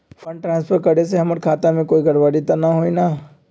Fund transfer करे से हमर खाता में कोई गड़बड़ी त न होई न?